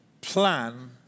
plan